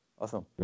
Awesome